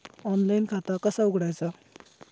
Online खाता कसा उघडायचा?